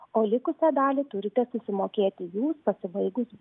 o likusią dalį turite susimokėti jūs pasibaigus